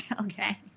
Okay